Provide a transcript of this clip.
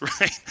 right